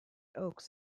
oakes